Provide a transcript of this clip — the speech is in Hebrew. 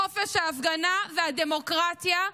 חופש ההפגנה והדמוקרטיה.